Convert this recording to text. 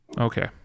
Okay